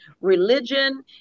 religion